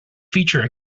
featured